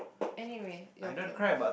anyway your turn